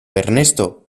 ernesto